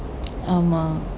ஆமா:aamaa